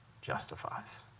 justifies